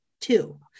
two